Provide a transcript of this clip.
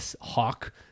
hawk